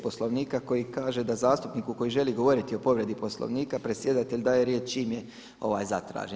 Poslovnika koji kaže da zastupnik koji želi govoriti o povredi Poslovnika predsjedatelj daje riječ čim je zatraži.